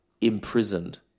imprisoned